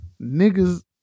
Niggas